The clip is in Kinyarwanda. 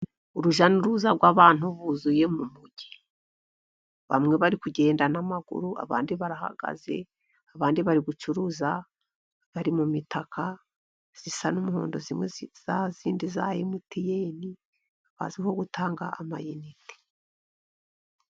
Urujya n'uruza rw'abantu buzuye mu mujyi. Bamwe bari kugenda n'amaguru, abandi barahagaze, abandi bari gucuruza bari mu mitaka isa n'umuhondo, imwe ya yindi ya Emutiyeni bazwiho gutanga amayinite.